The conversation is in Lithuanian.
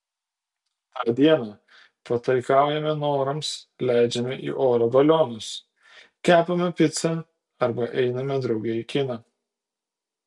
tą dieną pataikaujame norams leidžiame į orą balionus kepame picą arba einame drauge į kiną